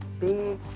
big